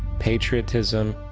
patriotism,